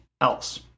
else